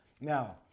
Now